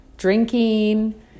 drinking